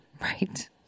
right